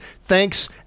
Thanks